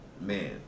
Man